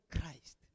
Christ